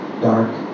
dark